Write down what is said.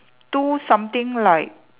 two something like